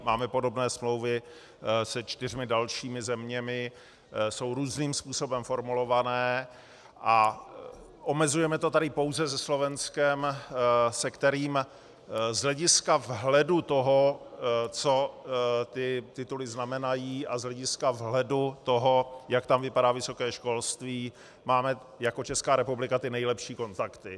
Máme podobné smlouvy se čtyřmi dalšími zeměmi, jsou různým způsobem formulované, a omezujeme to tady pouze se Slovenskem, se kterým z hlediska vhledu toho, co tyto tituly znamenají, a z hlediska vhledu toho, jak tam vypadá vysoké školství, máme jako Česká republika ty nejlepší kontakty.